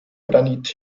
granit